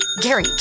Gary